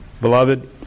Beloved